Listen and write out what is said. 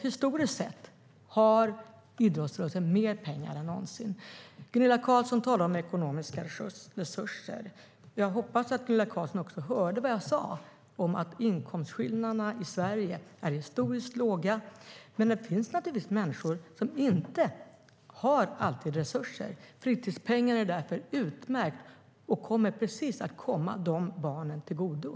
Historiskt sett har idrottsrörelsen mer pengar än någonsin. Gunilla Carlsson talar om ekonomiska resurser. Jag hoppas att Gunilla Carlsson också hörde vad jag sade om att inkomstskillnaderna i Sverige är historiskt låga, men att det naturligtvis finns människor som inte alltid har resurser. Fritidspengen är därför utmärkt och ska komma precis de barnen till godo.